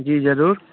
जी जरुर